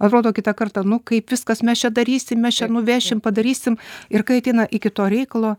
atrodo kitą kartą nu kaip viskas mes čia darysim mes čia nuvešim padarysim ir kai ateina iki to reikalo